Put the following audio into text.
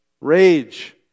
rage